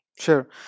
Sure